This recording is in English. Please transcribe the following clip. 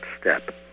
step